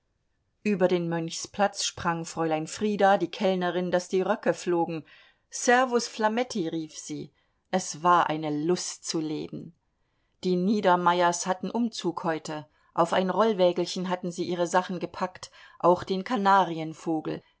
über den mönchsplatz sprang fräulein frieda die kellnerin daß die röcke flogen servus flametti rief sie es war eine lust zu leben die niedermeyers hatten umzug heute auf ein rollwägelchen hatten sie ihre sachen gepackt auch den kanarienvogel